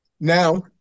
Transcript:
Now